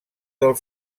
del